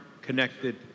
connected